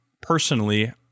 personally